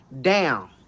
down